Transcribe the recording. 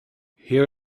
here